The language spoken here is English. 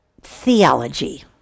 theology